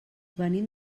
venim